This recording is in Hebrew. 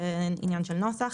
זה עניין של נוסח.